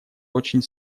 очень